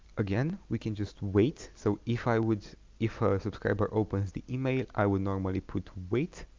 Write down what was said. again we can just wait so if i would if a subscriber opens the email i would normally put wait